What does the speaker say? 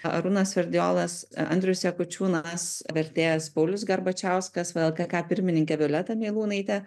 arūnas sverdiolas andrius jakučiūnas vertėjas paulius garbačiauskas vlkk pirmininkė violeta meilūnaitė